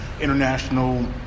international